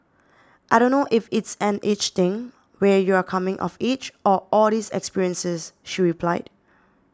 I don't know if it's an age thing where you're coming of age or all these experiences she replied